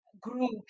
group